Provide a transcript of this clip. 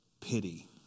pity